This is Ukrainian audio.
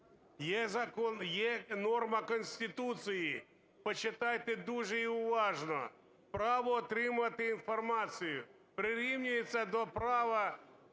є норма Конституції. Почитайте дуже і уважно: право отримувати інформацію прирівнюється до права,